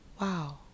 wow